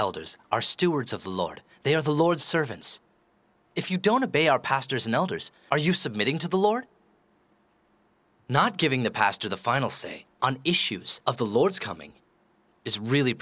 elders are stewards of the lord they are the lord's servants if you don't a bay are pastors and elders are you submitting to the lord not giving the pastor the final say on issues of the lord's coming is really